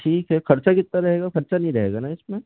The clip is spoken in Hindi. ठीक है खर्चा कितना रहेगा खर्चा नहीं रहेगा ना इसमें